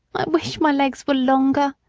wish my legs were longer!